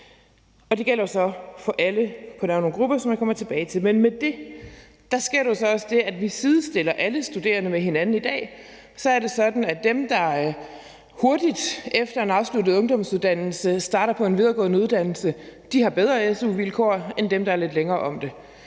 år. Det gælder jo så for alle på nær nogle grupper, som jeg kommer tilbage til. Men med det sker der jo så også det, at vi sidestiller alle studerende med hinanden. I dag er det sådan, at dem, der hurtigt efter en afsluttet ungdomsuddannelse starter på en videregående uddannelse, har bedre su-vilkår end dem, der er lidt længere om det.